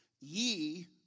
Ye